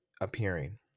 appearing